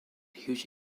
huge